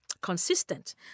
consistent